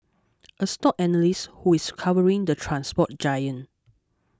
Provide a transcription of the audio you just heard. a stock analyst who is covering the transport giant